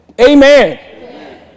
Amen